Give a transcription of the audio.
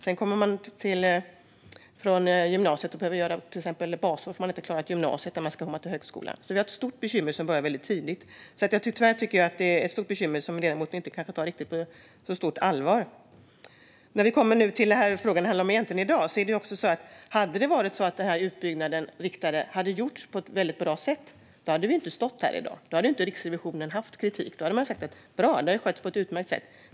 Sedan kommer man från gymnasiet till högskolan och behöver till exempel göra ett basår för att man inte har klarat gymnasiet. Vi har alltså ett stort bekymmer som börjar väldigt tidigt, och jag tycker tyvärr inte att ledamoten tar det på så stort allvar. När vi kommer till den fråga som det egentligen handlar om skulle vi ju inte ha stått här i dag om den riktade utbyggnaden hade gjorts på ett väldigt bra sätt. Då hade ju inte Riksrevisionen haft någon kritik utan sagt att bra, det här har skötts på ett utmärkt sätt.